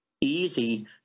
easy